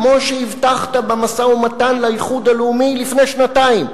כמו שהבטחת לאיחוד הלאומי במשא-ומתן לפני שנתיים,